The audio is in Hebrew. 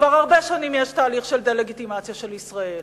כבר הרבה שנים יש תהליך של דה-לגיטימציה של ישראל,